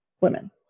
women